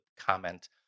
comment